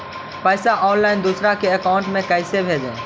पैसा ऑनलाइन दूसरा के अकाउंट में कैसे भेजी?